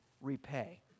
repay